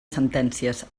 sentències